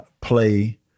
play